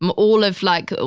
um all of like, ah